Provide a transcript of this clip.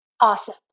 awesome